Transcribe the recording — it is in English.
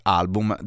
album